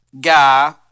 guy